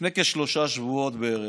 לפני שלושה שבועות בערך,